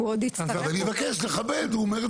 אז אני מבקש לכבד, הוא אומר את הדברים.